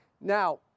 Now